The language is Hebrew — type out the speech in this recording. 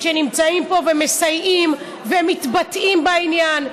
שנמצאים פה ומסייעים ומתבטאים בעניין,